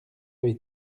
avez